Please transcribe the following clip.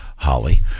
holly